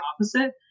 opposite